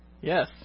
Yes